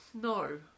No